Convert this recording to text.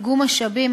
איגום משאבים,